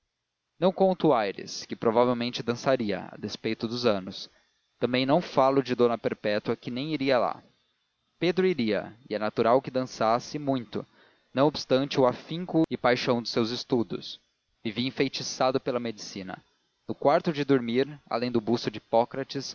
não conto aires que provavelmente dançaria a despeito dos anos também não falo de d perpétua que nem iria lá pedro iria e é natural que dançasse e muito não obstante o afinco e paixão dos seus estudos vivia enfeitiçado pela medicina no quarto de dormir além do busto de hipócrates